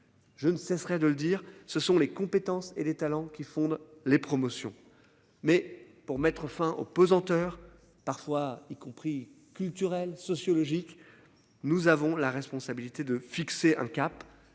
Je ne cesserai de le dire, ce sont les compétences et les talents qui fonde les promotions. Mais pour mettre fin aux pesanteurs parfois, y compris culturel, sociologique. Nous avons la responsabilité de fixer un cap,